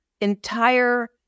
entire